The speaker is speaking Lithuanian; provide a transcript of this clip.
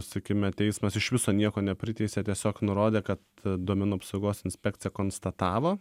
sakykime teismas iš viso nieko nepriteisė tiesiog nurodė kad duomenų apsaugos inspekcija konstatavo